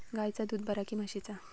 गायचा दूध बरा काय म्हशीचा?